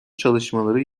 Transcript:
çalışmaları